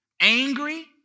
angry